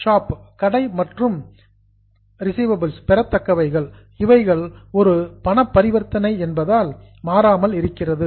shop கடை மற்றும் receivables பெறத்தக்கவைகள் இவைகள் ஒரு பணப் பரிவர்த்தனை என்பதால் மாறாமல் இருக்கிறது